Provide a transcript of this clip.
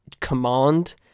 command